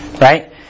right